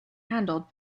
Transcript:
handled